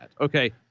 Okay